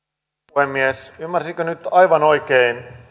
puhemies ymmärsinkö nyt aivan oikein